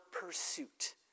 pursuit